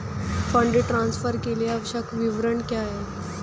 Fund transfer के लिए आवश्यक विवरण क्या हैं?